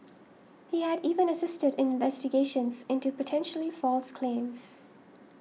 he had even assisted in investigations into potentially false claims